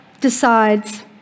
decides